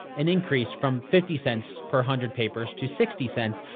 an increase from fifty cents per hundred papers to sixty cents,